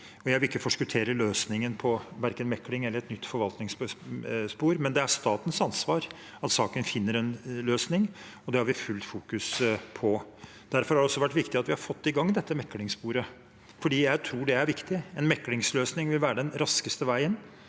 Jeg vil ikke forskuttere løsningen på verken mekling eller et nytt forvaltningsspor, men det er statens ansvar at saken finner en løsning, og det har vi fullt fokus på. Derfor har det også vært viktig at vi har fått i gang dette meklingssporet, jeg tror det er viktig. En meklingsløsning vil være den raskeste veien